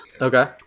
Okay